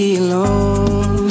alone